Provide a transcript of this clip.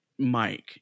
Mike